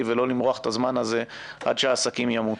ולא למרוח את הזמן הזה עד שהעסקים ימותו.